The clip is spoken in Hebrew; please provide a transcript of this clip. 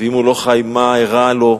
ואם הוא לא חי, מה אירע לו?